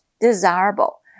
desirable